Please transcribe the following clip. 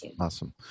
Awesome